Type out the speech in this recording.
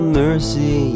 mercy